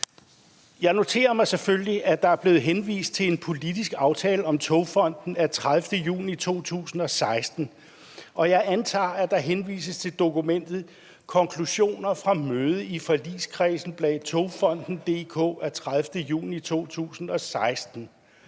Jeg noterer mig selvfølgelig, at der er blevet henvist til en politisk aftale om Togfonden DK af 30. juni 2016, og jeg antager, at der henvises til dokumentet »Konklusioner fra møde i forligskredsen bag Togfonden DK« af 30. juni 2016.